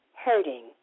hurting